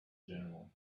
general